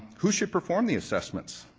who should perform the assessments?